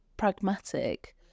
Pragmatic